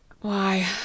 Why